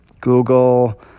Google